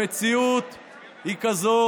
המציאות היא כזאת